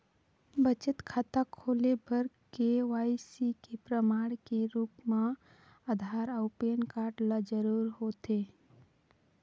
बचत खाता खोले बर के.वाइ.सी के प्रमाण के रूप म आधार अऊ पैन कार्ड ल जरूरी होथे